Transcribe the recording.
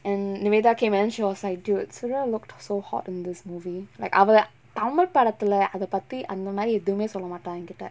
and nivetha கு:ku ye~ she was like dude soorya looked so hot in this movie like அவ:ava tamil படத்துல அத பத்தி அந்தமாரி எதுமே சொல்லமாட்டா எங்கிட்ட:padathula atha pathi anthamaari ethumae sollamaatta engitta